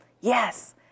Yes